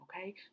Okay